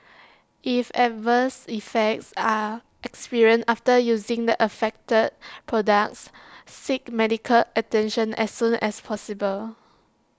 if adverse effects are experienced after using the affected products seek medical attention as soon as possible